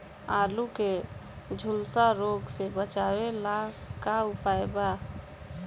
आलू के झुलसा रोग से बचाव ला का उपाय बा?